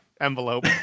envelope